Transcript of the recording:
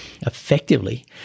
effectively